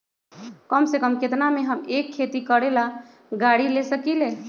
कम से कम केतना में हम एक खेती करेला गाड़ी ले सकींले?